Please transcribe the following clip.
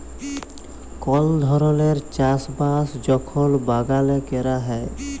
call ধরলের চাষ বাস যখল বাগালে ক্যরা হ্যয়